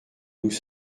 nous